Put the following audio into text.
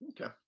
okay